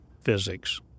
physics